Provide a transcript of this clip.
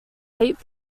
eight